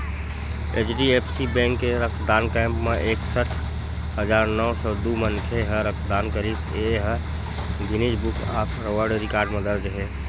HDFC bank के रक्तदान camp म एकसट हजार नव सौ दू मनखे ह रक्तदान करिस ए ह Guinness book of world record म दर्ज हे